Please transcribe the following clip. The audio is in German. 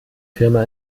firma